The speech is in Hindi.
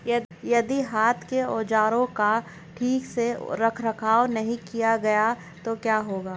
यदि हाथ के औजारों का ठीक से रखरखाव नहीं किया गया तो क्या होगा?